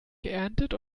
geerntet